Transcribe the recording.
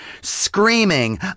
Screaming